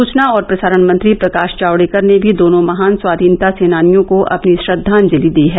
सूचना और प्रसारण मंत्री प्रकाश जावड़ेकर ने भी दोनों महान स्वाधीनता सेनानियों को अपनी श्रद्वांजलि दी है